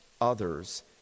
others